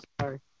sorry